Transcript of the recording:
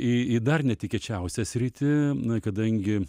į į dar netikėčiausią sritį kadangi